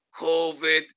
COVID